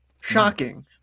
shocking